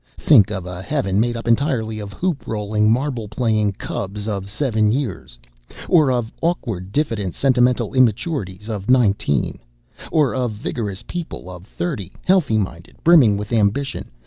think of a heaven made up entirely of hoop-rolling, marble-playing cubs of seven years or of awkward, diffident, sentimental immaturities of nineteen or of vigorous people of thirty, healthy-minded, brimming with ambition,